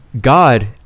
God